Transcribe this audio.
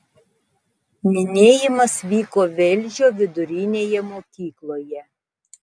minėjimas vyko velžio vidurinėje mokykloje